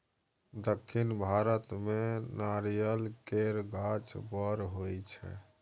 दक्खिन भारत मे नारियल केर गाछ बड़ होई छै